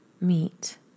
meet